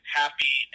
happy